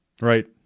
right